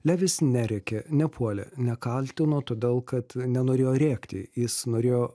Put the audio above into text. levis nerėkė nepuolė nekaltino todėl kad nenorėjo rėkti jis norėjo